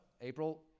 April